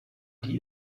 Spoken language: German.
die